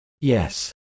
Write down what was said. Yes